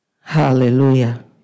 Hallelujah